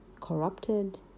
corrupted